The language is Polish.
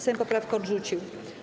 Sejm poprawkę odrzucił.